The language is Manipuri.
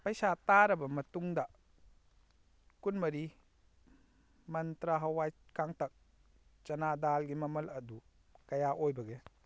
ꯄꯩꯁꯥ ꯇꯥꯔꯕ ꯃꯇꯨꯡꯗꯗ ꯀꯨꯟꯃꯔꯤ ꯃꯟꯇ꯭ꯔꯥ ꯍꯋꯥꯏ ꯀꯪꯇꯛ ꯆꯅꯥ ꯗꯥꯜꯒꯤ ꯃꯃꯜ ꯑꯗꯨ ꯀꯌꯥ ꯑꯣꯏꯕꯒꯦ